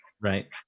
Right